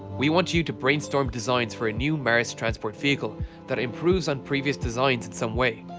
we want you to brainstorm designs for a new mars transport vehicle that improves on previous designs in some way.